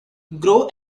grow